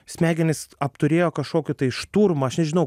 smegenys apturėjo kažkokį tai šturmą aš nežinau